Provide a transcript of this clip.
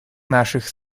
наших